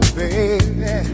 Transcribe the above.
baby